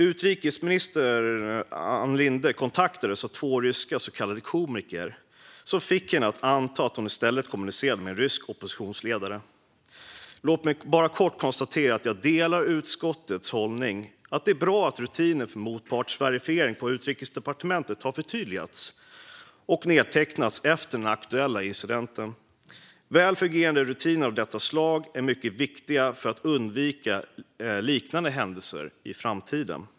Utrikesminister Ann Linde kontaktades av två ryska så kallade komiker som fick henne att anta att hon kommunicerade med en rysk oppositionsledare. Låt mig bara kort konstatera att jag delar utskottets hållning att det är bra att rutinen för motpartsverifiering på Utrikesdepartementet har förtydligats och nedtecknats efter den aktuella incidenten. Väl fungerande rutiner av detta slag är mycket viktiga för att undvika liknande händelser i framtiden.